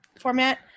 format